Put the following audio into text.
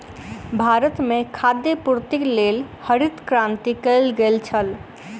भारत में खाद्य पूर्तिक लेल हरित क्रांति कयल गेल छल